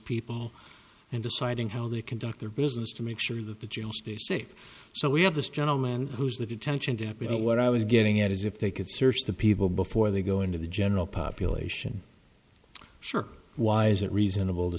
people and deciding how they conduct their business to make sure that the general stays safe so we have this gentleman who's the detention deputy what i was getting at is if they could search the people before they go into the general population sure why is it reasonable to